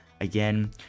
again